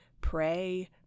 pray